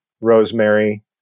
rosemary